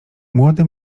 młody